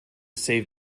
save